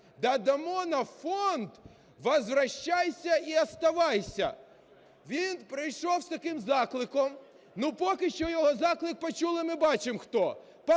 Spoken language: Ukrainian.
додамо на фонд "возвращайся и оставайся". Він прийшов з таким закликом, поки що його заклик почули, ми бачимо, хто: